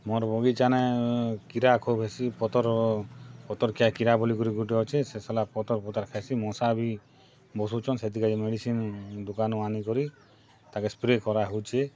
ମୋର ବଗିଚାନେ କିରା ଖୋବେଶୀ ପତର ପତର କେ କିରା ବୋଲି କରି ଗୁଟେ ଅଛେ ସେ ସଲା ପତର ପତର ଖାଏ ସି ମସାବି ବସୁଚନ୍ ସେଥିଲାଗି ମେଡ଼ିସିନ୍ ଦୋକାନୁ ଆନିକରି ତାକେ ସ୍ପ୍ରେ କରା ହଉଛେ